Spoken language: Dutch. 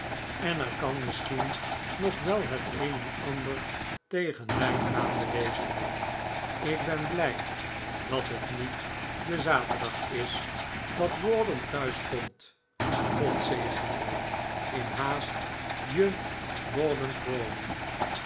en er kan misschien nog wel het een en ander tegen mij gaande wezen ik ben blij dat het niet de zaterdag is dat rawdon thuis komt god zegen je in haast je